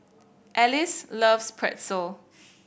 Alice loves Pretzel